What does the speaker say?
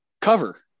cover